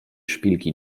szpilki